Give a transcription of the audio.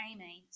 Amy